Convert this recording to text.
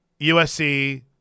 USC